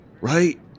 Right